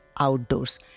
outdoors